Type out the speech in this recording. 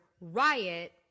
riot